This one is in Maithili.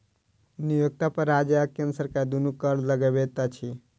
नियोक्ता पर राज्य आ केंद्र सरकार दुनू कर लगबैत अछि